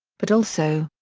but also.